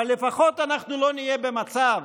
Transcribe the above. אבל לפחות אנחנו לא נהיה במצב